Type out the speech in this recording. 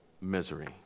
misery